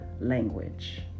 language